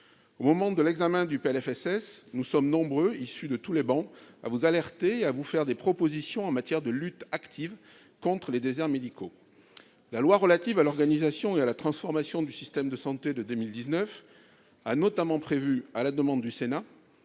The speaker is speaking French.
financement de la sécurité sociale), nous sommes nombreux sur toutes ces travées à vous alerter et à faire des propositions en matière de lutte active contre les déserts médicaux. La loi relative à l'organisation et à la transformation du système de santé de 2019 a notamment prévu, à la demande du Sénat,